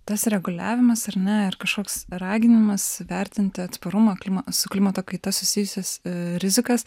tas reguliavimas ar ne kažkoks raginimas vertinti atsparumą klima su klimato kaita susijusias rizikas